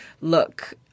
look